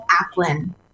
Aplin